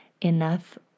enough